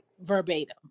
verbatim